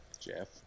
Jeff